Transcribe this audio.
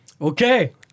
Okay